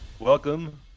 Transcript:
Welcome